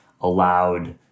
allowed